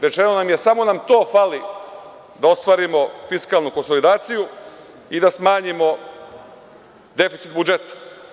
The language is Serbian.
Rečeno nam je - samo na tom fali da ostvarimo fiskalnu konsolidaciju i da smanjimo deficit budžeta.